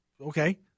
Okay